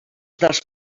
dels